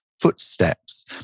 footsteps